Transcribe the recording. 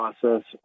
process